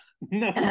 No